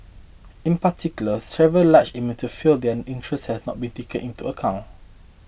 in particular several large emitters felt that their interests had not been taken into account